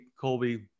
Colby